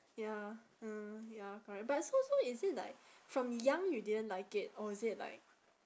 ya mm ya correct but so so is it like from young you didn't like it or is it like